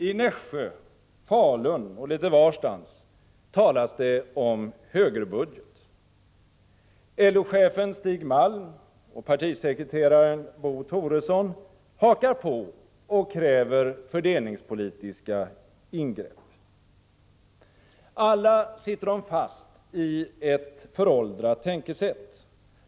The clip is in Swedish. I Nässjö, i Falun och litet varstans talas det om högerbudget. LO-chefen Stig Malm och partisekreteraren Bo Toresson hakar på och kräver fördelningspolitiska ingrepp. Alla sitter de fast i ett föråldrat tänkesätt.